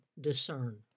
discern